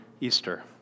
Easter